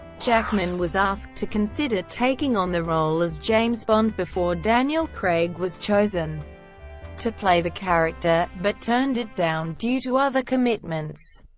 jackman was asked to consider taking on the role as james bond before daniel craig was chosen to play the character, but turned it down due to other commitments.